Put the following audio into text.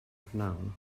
prynhawn